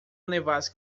nevasca